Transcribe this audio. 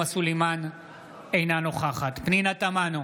אינה נוכחת פנינה תמנו,